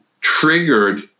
triggered